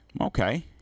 Okay